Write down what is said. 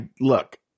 look